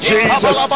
Jesus